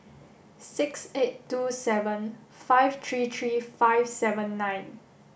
six eight two seven five three three five seven nine